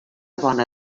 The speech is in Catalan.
bona